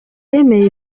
yemeye